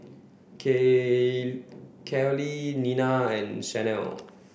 Kaley Nina and Shanell